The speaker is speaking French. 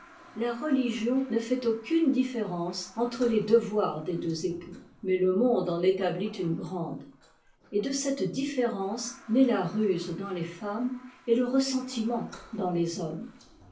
la religion ne fait aucune différence entre les devoirs des deux époux mais le monde en établit une grande et de cette différence naît la ruse dans les femmes et le ressentiment dans les hommes